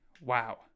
wow